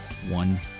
one